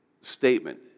statement